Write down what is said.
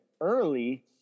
early